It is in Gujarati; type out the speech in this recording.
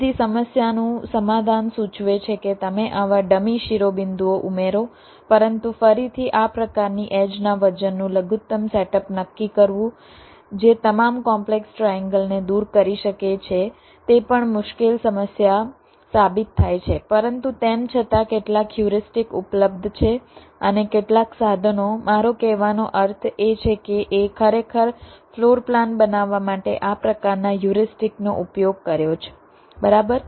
તેથી સમસ્યાનું સમાધાન સૂચવે છે કે તમે આવા ડમી શિરોબિંદુઓ ઉમેરો પરંતુ ફરીથી આ પ્રકારની એડ્જના વજનનું લઘુત્તમ સેટઅપ નક્કી કરવું જે તમામ કોમ્પલેક્સ ટ્રાએન્ગલને દૂર કરી શકે છે તે પણ મુશ્કેલ સમસ્યા સાબિત થાય છે પરંતુ તેમ છતાં કેટલાક હ્યુરિસ્ટિક ઉપલબ્ધ છે અને કેટલાક સાધનો મારા કહેવાનો અર્થ એ છે કે એ ખરેખર ફ્લોર પ્લાન બનાવવા માટે આ પ્રકારના હ્યુરિસ્ટિકનો ઉપયોગ કર્યો છે બરાબર